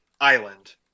island